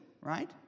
right